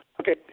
Okay